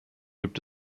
gibt